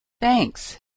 Thanks